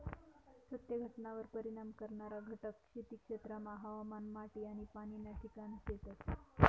सत्य घटनावर परिणाम करणारा घटक खेती क्षेत्रमा हवामान, माटी आनी पाणी ना ठिकाणे शेतस